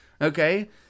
Okay